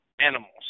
animals